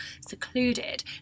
secluded